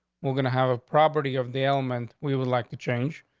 we're gonna have a property of the element we would like to change.